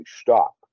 stop